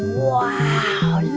wow,